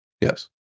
Yes